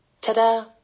Ta-da